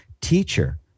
Teacher